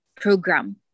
program